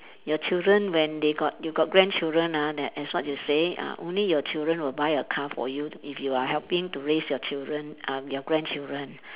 your children when they got you got grandchildren ah that as what you say ah only your children will buy a car for you to if you are helping to raise your children uh your grandchildren